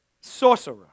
sorcerer